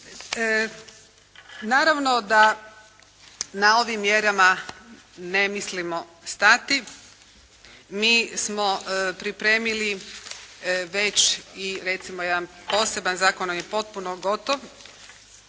Naravno da na ovim mjerama ne mislimo stati. Mi smo pripremili već i recimo jedan poseban zakon, on je potpuno gotov